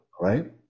right